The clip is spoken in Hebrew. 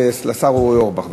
לשר אורי אורבך.